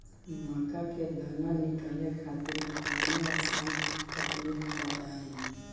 मक्का से दाना निकाले खातिर कवनो आसान तकनीक बताईं?